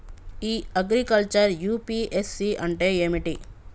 ఇ agriculture UPSC అంటే ఏమిటి?